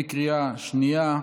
בקריאה שנייה,